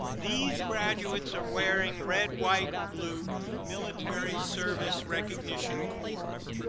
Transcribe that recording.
these graduates are wearing red, white and blue military service recognition cords.